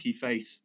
face